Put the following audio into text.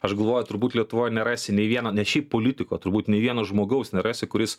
aš galvoju turbūt lietuvoj nerasi nei vieno ne šiaip politiko turbūt nei vieno žmogaus nerasi kuris